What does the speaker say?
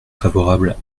favorables